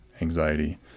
anxiety